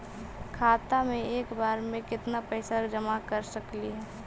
खाता मे एक बार मे केत्ना पैसा जमा कर सकली हे?